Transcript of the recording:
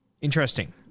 interesting